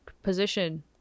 position